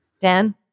Dan